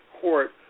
court